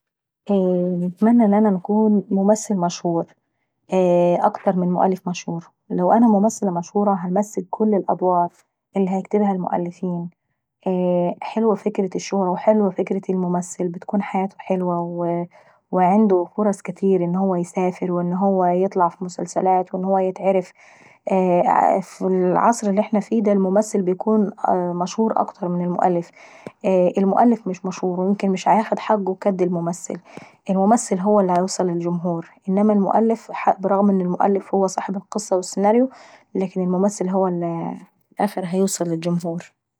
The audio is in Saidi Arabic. نتمنى ان انا نكون ممثل مشهور اكتر من مؤلف مشهور. لو انا مؤلفة مشهورة هنأدي كل الأدوار اللي هيكتبتها المؤلفين، حلوة فكرة الشهرة وحلوة فكرة الممثل بتكون حياته حلوة وعنده فرص كاتير ان هو يسافر ويطلع في مسلسلات وانه هو يتعرف. في العصر اللي احنا فيه دا الممثل مشهور فيه اكتر من المؤلف، المؤلف مش مشهور ومش عياخد حقه كد الممثل، الممثل هو اللي بيوصل للجمهور انما المؤلف برغم ان هو صاحب القصة والسيناريو لكن هو اللي في الاخر بيوصل للجمهور.